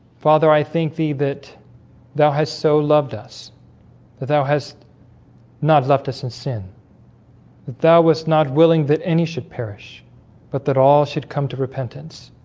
father i think thee that thou has so loved us that thou has not left us in sin that thou was not willing that any should perish but that all should come to repentance